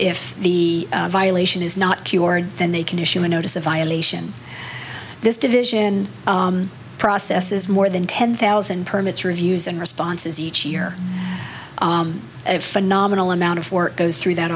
if the violation is not cured then they can issue a notice a violation this division process is more than ten thousand permits reviews and responses each year of phenomenal amount of work goes through that